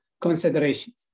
considerations